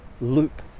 loop